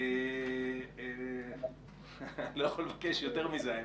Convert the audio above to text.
אני לא יכול לבקש יותר מזה.